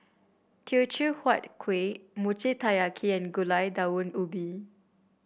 Teochew Huat Kuih Mochi Taiyaki and Gulai Daun Ubi